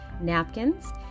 Napkins